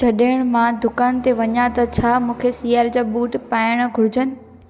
जॾहिं मां दुकान ते वञा त छा मूंखे सियारे जा ॿूट पाइणु घुरिजुनि